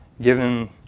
given